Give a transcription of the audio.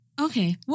okay